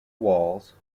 walls